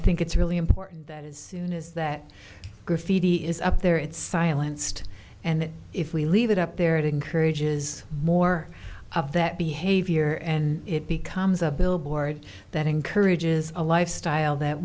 think it's really important that is you know is that graffiti is up there it's silenced and if we leave it up there it encourages more of that behavior and it becomes a bill board that encourages a lifestyle that